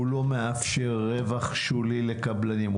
הוא לא מאפשר רווח שולי לקבלנים?